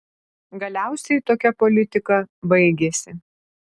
galiausiai tokia politika baigėsi